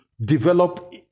develop